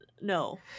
no